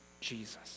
Jesus